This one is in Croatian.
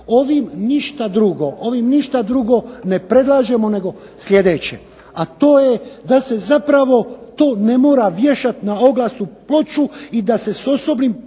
ovim ništa drugo ne predlažemo nego sljedeće, a to je da se zapravo to ne mora vješati na oglasnu ploču i da se s osobnim